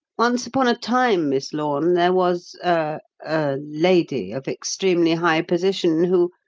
once upon a time, miss lorne, there was a er lady of extremely high position who,